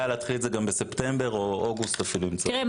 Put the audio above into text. יעיל, בסביבות 24% מונע אשפוזים, סדר גודל.